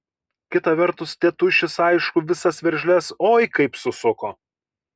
kita vertus tėtušis aišku visas veržles oi kaip susuko